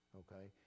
okay